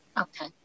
Okay